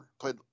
played